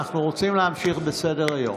אנחנו רוצים להמשיך בסדר-היום.